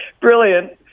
brilliant